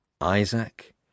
Isaac